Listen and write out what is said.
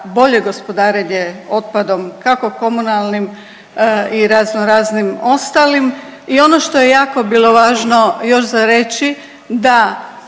bolje gospodarenje otpadom kako komunalnim i razno raznim ostalim. I ono što je jako bilo važno još za reći da